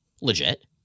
Legit